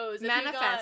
Manifest